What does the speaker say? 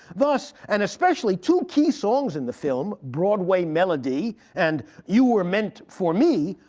but and especially two key songs in the film broadway melody and you were meant for me,